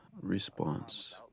response